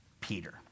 peter